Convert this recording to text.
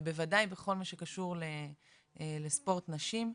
ובוודאי בכל מה שקשור בספורט נשים,